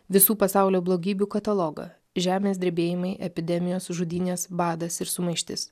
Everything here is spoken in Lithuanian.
visų pasaulio blogybių katalogą žemės drebėjimai epidemijos žudynės badas ir sumaištis